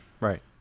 Right